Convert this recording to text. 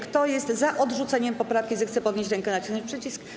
Kto jest za odrzuceniem poprawki, zechce podnieść rękę i nacisnąć przycisk.